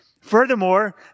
Furthermore